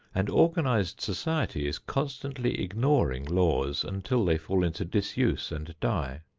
and organized society is constantly ignoring laws, until they fall into disuse and die.